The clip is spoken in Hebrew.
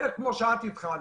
בערך כמו שאת התחלת.